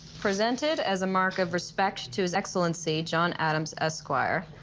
presented as a mark of respect to his excellency, john adams esquire,